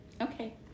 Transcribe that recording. Okay